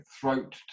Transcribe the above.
throat